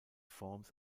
forms